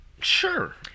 sure